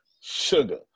Sugar